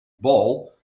ball